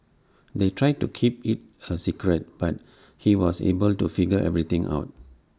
they tried to keep IT A secret but he was able to figure everything out